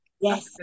Yes